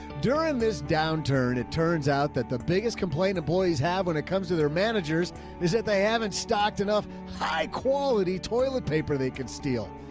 during this downturn, it turns out that the biggest complaint of boys have when it comes to their managers is that they haven't stocked enough high quality toilet paper. they could steal.